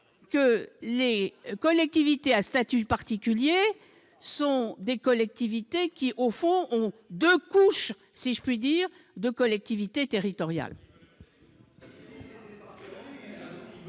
bien, les collectivités à statut particulier sont des collectivités qui ont deux couches, si je puis dire, de collectivités territoriales.